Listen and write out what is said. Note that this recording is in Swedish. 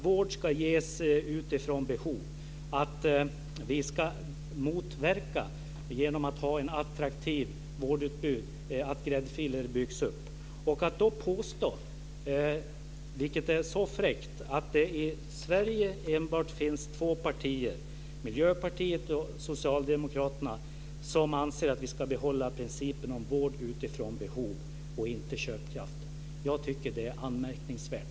Vård ska ges utifrån behov. Genom ett attraktivt vårdutbud ska vi motverka att gräddfiler byggs upp. Det är fräckt att påstå att det i Sverige enbart finns två partier, Miljöpartiet och Socialdemokraterna, som anser att vi ska behålla principen om vård utifrån behov och inte utifrån köpkraft. Det är anmärkningsvärt.